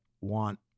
want